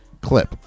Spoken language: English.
clip